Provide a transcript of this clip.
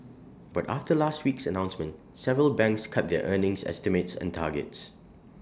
but after last week's announcement several banks cut their earnings estimates and targets